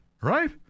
Right